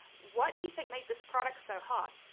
what do you think made this product so hot?